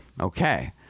Okay